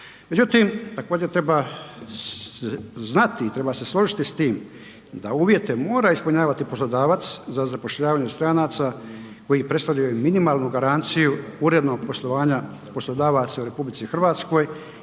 Međutim, također treba znati i treba se složiti s tim da uvjete mora ispunjavati poslodavac za zapošljavanje stranaca koji predstavljaju minimalnu garanciju urednog poslovanja poslodavaca